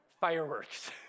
Fireworks